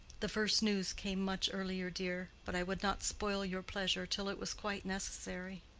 the first news came much earlier, dear. but i would not spoil your pleasure till it was quite necessary.